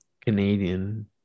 Canadian